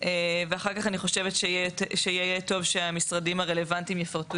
ואחר כך אני חושבת שיהיה טוב שהמשרדים הרלוונטיים יפרטו